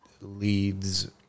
leads